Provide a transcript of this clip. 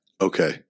Okay